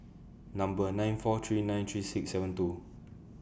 Number nine four three nine three six seven two